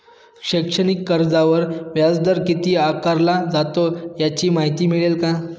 शैक्षणिक कर्जावर व्याजदर किती आकारला जातो? याची माहिती मिळेल का?